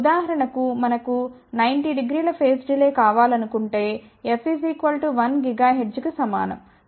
ఉదాహరణకు మనకు 90 డిగ్రీల ఫేస్ డిలే కావాలనుకుంటే f 1 గిగాహెర్ట్జ్కి సమానం